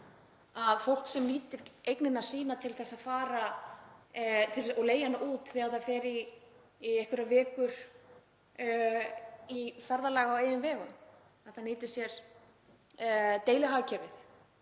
að fólk sem nýtir eignina sína til að leigja hana út þegar það fer í einhverjar vikur í ferðalag á eigin vegum, fólk sem nýtir sér deilihagkerfið